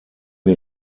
mir